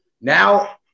now